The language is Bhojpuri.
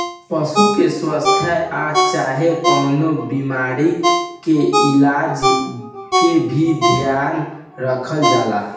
पशु के स्वास्थ आ चाहे कवनो बीमारी के इलाज के भी ध्यान रखल जाला